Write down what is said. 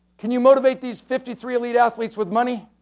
can you motivate these fifty three elite athletes with money?